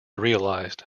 realised